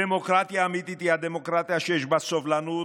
דמוקרטיה אמיתית היא דמוקרטיה שיש בה סובלנות,